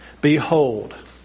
Behold